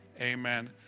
Amen